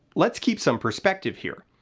let's keep some perspective here.